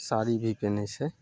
साड़ी भी पेनहइ छै